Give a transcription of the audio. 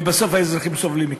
ובסוף האזרחים סובלים מכך.